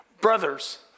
Brothers